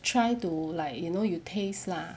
try to like you know you taste lah